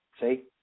See